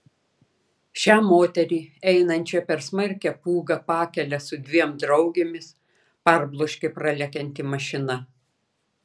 šią moterį einančią per smarkią pūgą pakele su dviem draugėmis parbloškė pralekianti mašina